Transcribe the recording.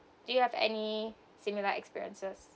do you have any similar experiences